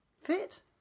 fit